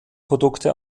produkte